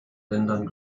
ländern